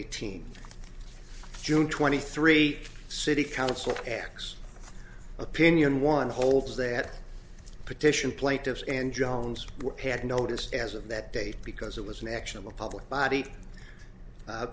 eighteenth june twenty three city council tax opinion one holds that petition plaintiffs and jones had noticed as of that date because it was an actionable public body